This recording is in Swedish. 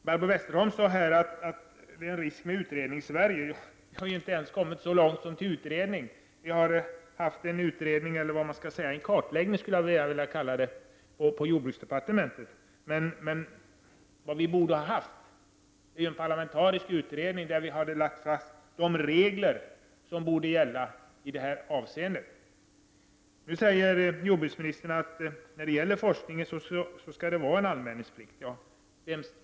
Barbro Westerholm sade att det finns en risk med Utredningssverige. Vi har ju inte ens kommit så långt som till en utredning! Vi har haft vad jag skulle vilja kalla en kartläggning på jordbruksdepartementet. Det vi borde ha haft är en parlamentarisk utredning, för att lägga fast de regler som bör gälla i detta avseende. Jordbruksministern säger nu att man bör ha anmälningsplikt för forskning.